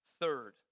Third